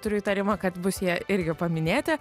turiu įtarimą kad bus jie irgi paminėti